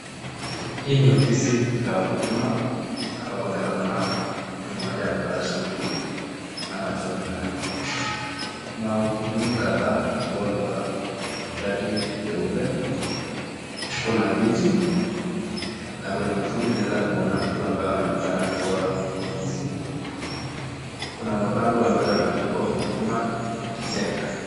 Hii ni ofisi za huduma ambapo unaweza kuona mtu mmoja amevaa suti na majo nne. Kuna wahudumu kadhaa ambao wamevaa shati nyeupe. Kuna viti na kwenye usuli unaweza kuona mtu ambaye anaonekana kuwa polisi. Kuna mabango ambayo yameandikwa huduma center.